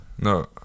no